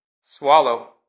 swallow